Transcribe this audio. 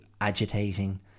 agitating